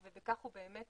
ובכך הוא באמת